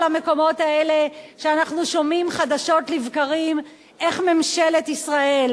המקומות האלה שאנחנו שומעים חדשות לבקרים איך ממשלת ישראל,